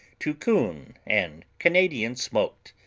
to coon and canadian-smoked,